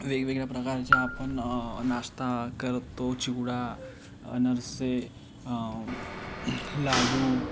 वेगवेगळ्या प्रकारच्या आपण नाश्ता करतो चिवडा अनरसे लाडू